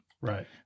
Right